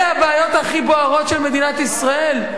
אלה הבעיות הכי בוערות של מדינת ישראל?